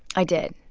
i did,